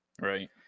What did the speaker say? Right